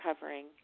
covering